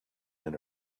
men